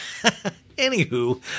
Anywho